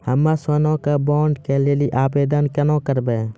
हम्मे सोना के बॉन्ड के लेली आवेदन केना करबै?